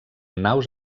naus